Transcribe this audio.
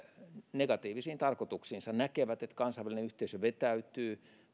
negatiivisiin tarkoituksiinsa näkevät että kansainvälinen yhteisö vetäytyy